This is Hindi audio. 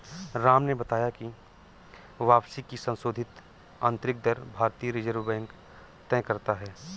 राम ने बताया की वापसी की संशोधित आंतरिक दर भारतीय रिजर्व बैंक तय करता है